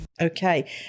Okay